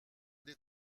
des